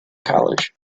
college